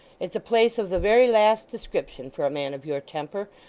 it's a place of the very last description for a man of your temper.